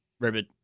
ribbit